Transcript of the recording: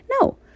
No